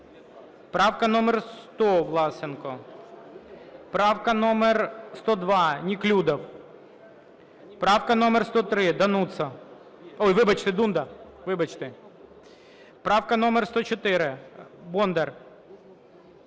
Правка номер 100, Власенко. Правка номер 102, Неклюдов. Правка номер 103, Дануца. Ой! Вибачте! Дунда. Вибачте. Правка номер 104, Бондар.